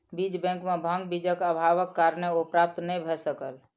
बीज बैंक में भांग बीजक अभावक कारणेँ ओ प्राप्त नै भअ सकल